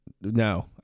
No